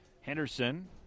Henderson